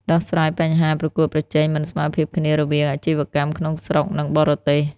ដោះស្រាយបញ្ហាប្រកួតប្រជែងមិនស្មើភាពគ្នា រវាងអាជីវកម្មក្នុងស្រុក និងបរទេស។